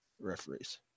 referees